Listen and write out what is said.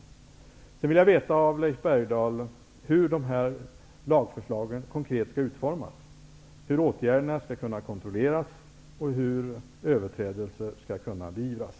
Vidare vill jag veta av Leif Bergdahl hur lagförslagen konkret skall utformas, hur åtgärderna skall kunna kontrolleras och hur överträdelser skall kunna beivras.